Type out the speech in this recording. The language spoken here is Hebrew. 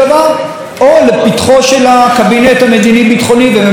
או לפתחו של הקבינט המדיני-ביטחוני וממשלת ישראל,